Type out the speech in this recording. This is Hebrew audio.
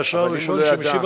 שלישוני.